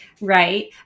right